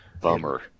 bummer